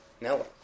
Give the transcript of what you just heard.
no